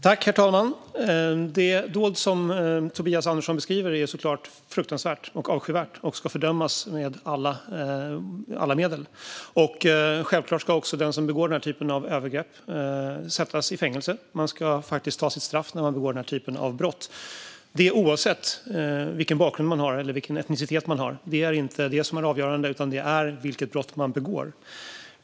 Herr talman! Det dåd som Tobias Andersson beskriver är såklart fruktansvärt och avskyvärt. Det ska med alla medel fördömas. Självklart ska den som begår sådana övergrepp sättas i fängelse. Man ska ta sitt straff när man begår brott som dessa, oavsett vilken bakgrund eller etnicitet man har. Det är inte det som är avgörande utan vilket slags brott man begår.